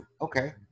Okay